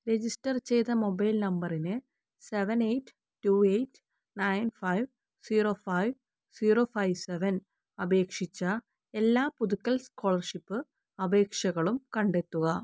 register ചെയ്ത mobile നമ്പറിന് seven eight two eight nine five zero five zero five seven അപേക്ഷിച്ച എല്ലാ പുതുക്കൽ സ്കോളർഷിപ്പ് അപേക്ഷകളും കണ്ടെത്തുക